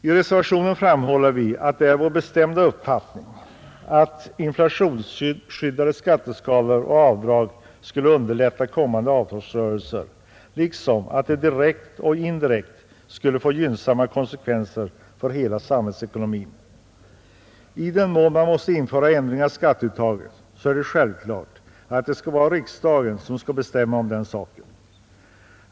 I reservationen 3 framhåller vi att det är vår bestämda uppfattning att inflationsskyddade skatteskalor och avdrag skulle underlätta kommande avtalsrörelser liksom att det direkt och indirekt skulle få gynnsamma konsekvenser för hela samhällsekonomin. I den mån man måste införa ändringar av skatteuttaget är det självklart att det skall vara riksdagen som skall bestämma om den saken.